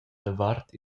davart